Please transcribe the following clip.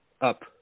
up